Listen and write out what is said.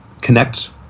connect